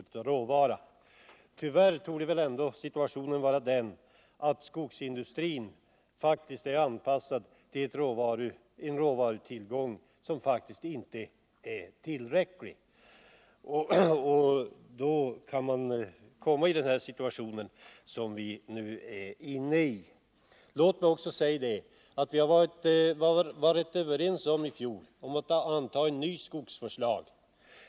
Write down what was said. Tyvärr torde det väl ändå vara så att skogsindustrin är anpassad till en råvarutillgång som faktiskt inte är tillräcklig. Då kan man hamna i den situation som vi nu befinner oss i. Låt mig också säga att vii fjol var överens om att anta en ny skogsvårdslag.